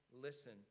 listen